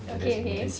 okay okay